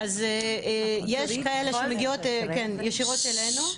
אז יש כאלה שמגיעות ישירות אלינו.